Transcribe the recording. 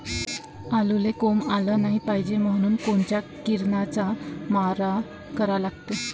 आलूले कोंब आलं नाई पायजे म्हनून कोनच्या किरनाचा मारा करा लागते?